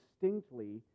distinctly